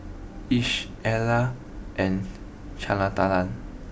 Lish Ella and